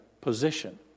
position